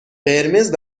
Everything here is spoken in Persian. قرمز